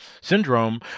syndrome